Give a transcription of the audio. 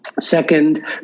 Second